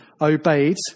obeyed